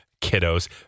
Kiddos